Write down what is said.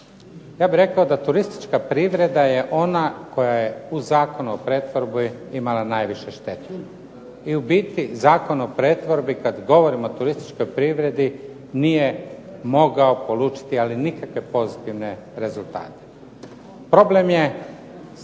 Ja bih rekao da je turistička privreda je ona koja je u Zakonu o pretvorbi imala najviše štete i u biti Zakon o pretvorbi kada govorimo o turističkoj privredi nije mogao polučiti nikakve pozitivne rezultate. Problem je